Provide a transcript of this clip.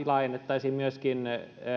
laajennettaisiin myöskin